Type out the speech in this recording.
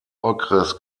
okres